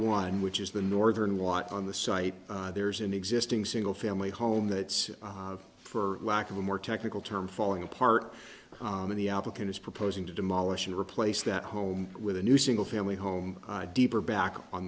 one which is the northern lot on the site there's an existing single family home that's for lack of a more technical term falling apart and the applicant is proposing to demolish and replace that home with a new single family home deeper back on